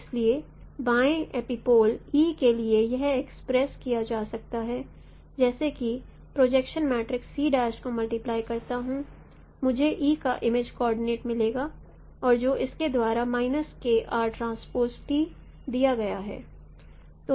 इसलिए बाएं epipole e के लिए यह एक्सप्रेस किया जा सकता है जैसे कि प्रोजेक्शन मैट्रिक्स को मल्टीप्लाई करता हूं मुझे e का इमेज कॉर्डिनेट मिलेगा और जो इसके द्वारा दिया गया है